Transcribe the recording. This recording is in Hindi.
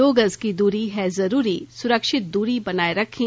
दो गज की दूरी है जरूरी सुरक्षित दूरी बनाए रखें